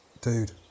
dude